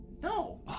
No